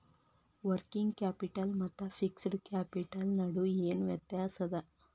Working capital ಮತ್ತ fixed capital ನಡು ಏನ್ ವ್ಯತ್ತ್ಯಾಸದ?